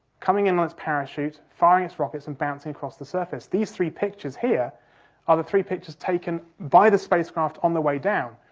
coming in on its parachute, firing its rockets and bouncing across the surface. these three pictures here are the three pictures taken by the spacecraft on the way down.